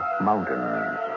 mountains